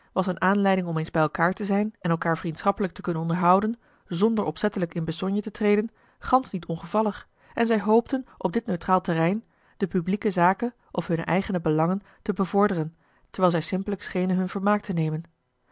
aanleiding om eens bij elkaâr te zijn en elkaar vriendschappelijk te kunnen onderhouden zonder opzettelijk in besogne te treden gansch niet ongevallig en zij hoopten op dit neutraal terrein de publieke zake of hunne eigen belangen te bevorderen terwijl zij schimpelijk schenen hun vermaak te nemen